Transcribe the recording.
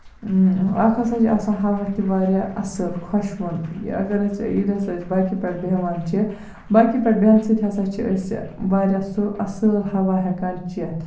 اکھ ہسا چھُ آسان ہَوا تہِ واریاہ اَصٕل خۄشوُن یہِ اَگر أسی ییٚلہِ ہسا أسۍ باٮ۪کہِ پٮ۪ٹھ بیہوان چھِ باٮ۪کہِ پٮ۪ٹھ بیہنہٕ سۭتۍ ہسا چھِ أسۍ واریاہ سُہ اَصٕل ہوا ہٮ۪کان چیتھ